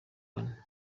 bane